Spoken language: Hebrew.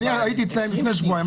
אני הייתי אצלם לפני שבועיים,